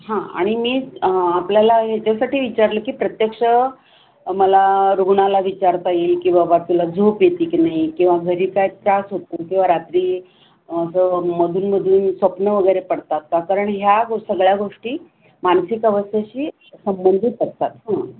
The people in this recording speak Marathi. हां आणि मी आपल्याला ह्याच्यासाठी विचारलं की प्रत्यक्ष मला रुग्णाला विचारता येईल की बाबा तुला झोप येते की नाही किंवा घरी काय त्रास होतो किंवा रात्री असं मधूनमधून स्वप्न वगैरे पडतात का कारण ह्या गो सगळ्या गोष्टी मानसिक अवस्थेशी संबंधित असतात हां